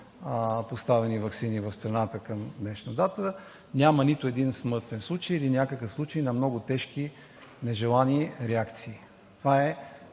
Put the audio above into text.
поставени ваксини в страната към днешна дата – няма нито един смъртен случай или някакъв случай на много тежки, нежелани реакции. Това е